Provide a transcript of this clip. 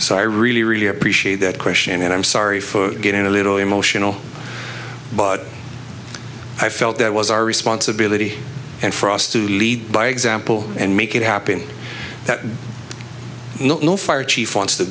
so i really really appreciate that question and i'm sorry for getting a little emotional but i felt that was our responsibility and for us to lead by example and make it happen that no fire chief wants to